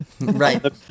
right